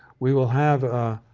we will have ah